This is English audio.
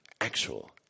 actual